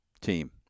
team